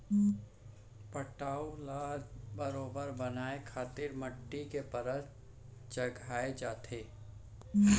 पटउहॉं ल बरोबर बनाए खातिर माटी के परत चघाए जाथे